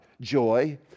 joy